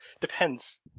Depends